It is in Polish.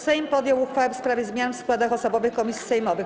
Sejm podjął uchwałę w sprawie zmian w składach osobowych komisji sejmowych.